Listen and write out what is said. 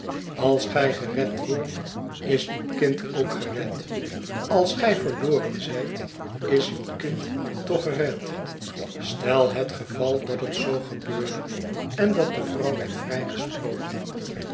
als gij gered wordt is uw kind ook gered als gij verloren zijt is uw kind toch gered stel het geval dat het zoo gebeurde en dat de vrouw werd vrijgesproken